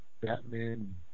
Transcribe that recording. Batman